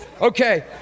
Okay